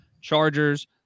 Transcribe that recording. Chargers